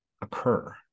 occur